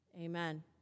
Amen